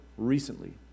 Recently